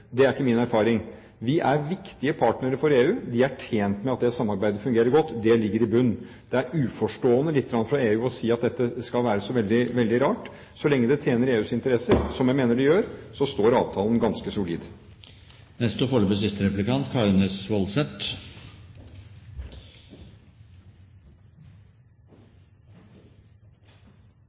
er ikke min erfaring. Vi er viktige partnere for EU. De er tjent med at det samarbeidet fungerer godt. Det ligger i bunnen. Det er lite grann uforstående fra EU å si at dette skal være så veldig rart. Så lenge det tjener EUs interesser, som jeg mener det gjør, står avtalen ganske solid. Børsene faller både i Europa og